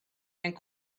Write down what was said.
and